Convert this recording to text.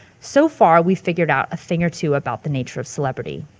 so far we figured out a thing or two about the nature of celebrity.